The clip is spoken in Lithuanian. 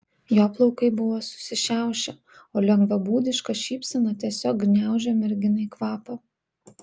jo plaukai buvo susišiaušę o lengvabūdiška šypsena tiesiog gniaužė merginai kvapą